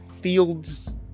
fields